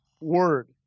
word